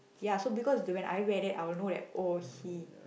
ya so because do when I wear that I will know that oh he